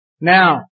Now